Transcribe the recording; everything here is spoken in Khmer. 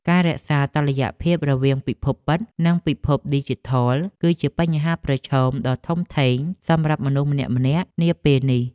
ការរក្សាតុល្យភាពរវាងពិភពពិត និងពិភពឌីជីថលគឺជាបញ្ហាប្រឈមដ៏ធំធេងសម្រាប់មនុស្សម្នាក់ៗនាពេលនេះ។